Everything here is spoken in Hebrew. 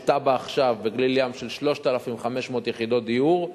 יש תב"ע עכשיו בגליל-ים של 3,500 יחידות דיור,